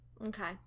Okay